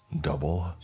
Double